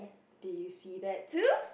did you see that too